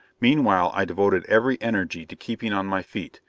meanwhile i devoted every energy to keeping on my feet.